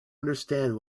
understand